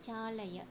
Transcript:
चालय